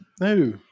No